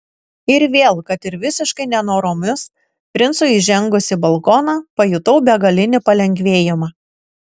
ir vėl kad ir visiškai nenoromis princui įžengus į balkoną pajutau begalinį palengvėjimą